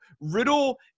Riddle –